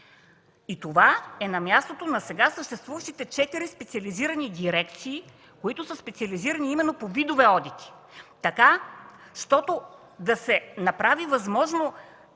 И това е на мястото на сега съществуващите четири специализирани дирекции, специализирани именно по видове одит, така щото да се направи възможно